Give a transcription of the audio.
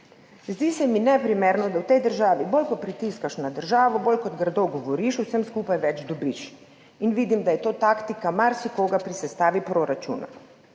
Zdi se mi neprimerno, da v tej državi bolj kot pritiskaš na državo, bolj kot grdo govoriš o vsem skupaj, več dobiš. In vidim, da je to taktika marsikoga pri sestavi proračuna.